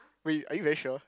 wait are you very sure